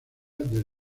del